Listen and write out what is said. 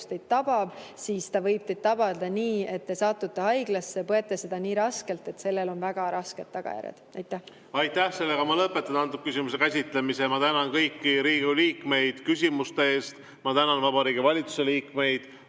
teid tabab, siis ta võib teid tabada nii, et te satute haiglasse, põete seda haigust nii raskelt, et sellel on väga rasked tagajärjed. Aitäh! Ma lõpetan küsimuse käsitlemise. Ma tänan kõiki Riigikogu liikmeid küsimuste eest, ma tänan Vabariigi Valitsuse liikmeid